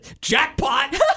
Jackpot